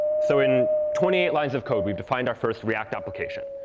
so in twenty eight lines of code, we've defined our first react application.